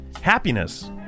happiness